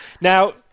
Now